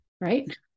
right